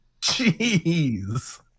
Jeez